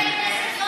זו המסקנה שלך,